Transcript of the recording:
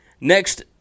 Next